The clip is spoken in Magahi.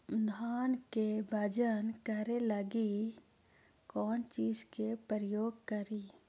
धान के बजन करे लगी कौन चिज के प्रयोग करि?